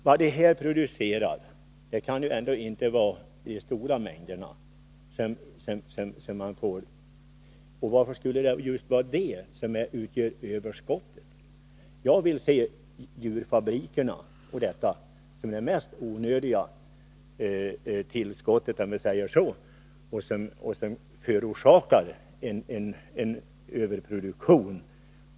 Vad de små jordbruken producerar kan ändå inte vara de stora mängderna. Varför skulle det vara just deras produktion som utgör överskottet? Jag vill se djurfabrikerna och sådant som det mest onödiga tillskottet — om vi säger så — som förorsakar en överproduktion.